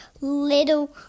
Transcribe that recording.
little